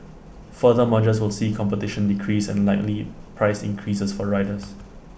further mergers will see competition decrease and likely price increases for riders